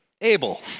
Abel